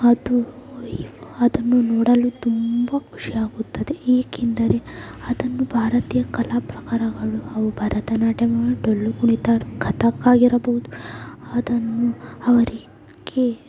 ಅದು ಅದನ್ನು ನೋಡಲು ತುಂಬಾ ಖುಷಿಯಾಗುತ್ತದೆ ಏಕೆಂದರೆ ಅದನ್ನು ಭಾರತೀಯ ಕಲಾ ಪ್ರಕಾರಗಳು ಅವು ಭರತನಾಟ್ಯಮ್ ಡೊಳ್ಳು ಕುಣಿತ ಕಥಕ್ ಆಗಿರಬಹುದು ಅದನ್ನು ಅವರಿಗೆ